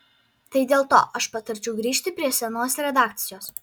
tai dėl to aš patarčiau grįžt prie senos redakcijos